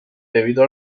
debido